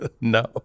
no